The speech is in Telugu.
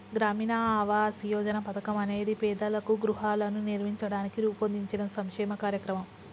గ్రామీణ ఆవాస్ యోజన పథకం అనేది పేదలకు గృహాలను నిర్మించడానికి రూపొందించిన సంక్షేమ కార్యక్రమం